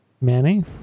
Manny